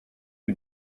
who